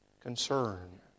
concern